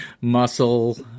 muscle